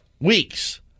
Weeks